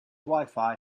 wifi